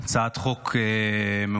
הצעת חוק מעולה,